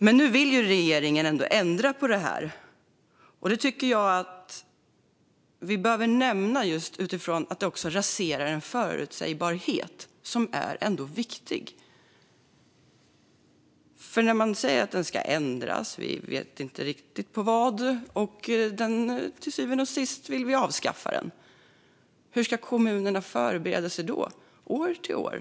Men nu vill regeringen ändå ändra på detta, och jag tycker att vi behöver nämna det utifrån att det också raserar en förutsägbarhet som är viktig. När man säger att lagen ska ändras - vi vet inte riktigt i vad - och att man till syvende och sist vill avskaffa den undrar jag hur kommunerna ska kunna förbereda sig från år till år.